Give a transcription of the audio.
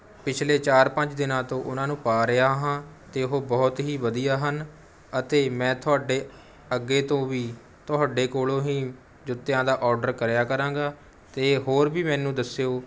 ਪਿਛਲੇ ਚਾਰ ਪੰਜ ਦਿਨਾਂ ਤੋਂ ਉਹਨਾਂ ਨੂੰ ਪਾ ਰਿਹਾ ਹਾਂ ਅਤੇ ਉਹ ਬਹੁਤ ਹੀ ਵਧੀਆ ਹਨ ਅਤੇ ਮੈਂ ਤੁਹਾਡੇ ਅੱਗੇ ਤੋਂ ਵੀ ਤੁਹਾਡੇ ਕੋਲੋਂ ਹੀ ਜੁੱਤਿਆਂ ਦਾ ਆਰਡਰ ਕਰਿਆ ਕਰਾਂਗਾ ਅਤੇ ਹੋਰ ਵੀ ਮੈਨੂੰ ਦੱਸਿਉ